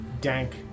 dank